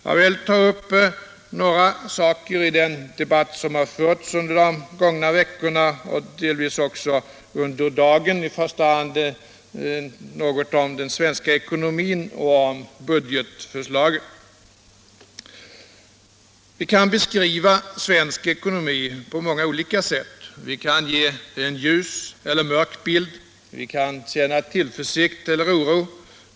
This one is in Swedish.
Jag vill här ta upp några saker i den debatt som förts under de gångna veckorna och delvis också i dag, och jag skall då i första hand säga något om den svenska ekonomin och om budgetförslaget. Svensk ekonomi kan beskrivas på många olika sätt. Vi kan ge en ljus eller mörk bild av läget. Vi kan ge uttryck för tillförsikt eller oro.